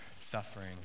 suffering